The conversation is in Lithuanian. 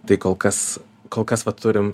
tai kol kas kol kas va turim